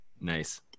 Nice